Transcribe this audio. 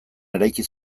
eraiki